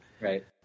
Right